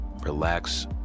relax